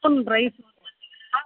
tiffin rice ஒரு பத்து kilo